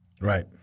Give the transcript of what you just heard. Right